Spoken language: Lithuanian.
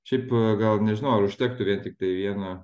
šiaip gal nežinau ar užtektų vien tiktai vieno